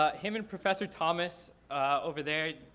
ah him and professor thomas over there,